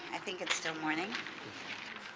i think it is still mourning